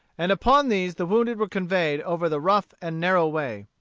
and upon these the wounded were conveyed over the rough and narrow way.